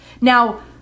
Now